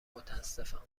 متاسفم